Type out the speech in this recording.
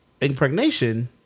impregnation